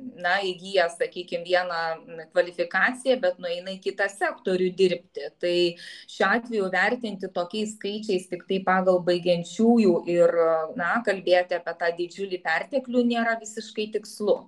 na įgiję sakykime vieną kvalifikaciją bet nueina į kitą sektorių dirbti tai šiuo atveju vertinti tokiais skaičiais tiktai pagal baigiančiųjų ir na kalbėti apie tą didžiulį perteklių nėra visiškai tikslu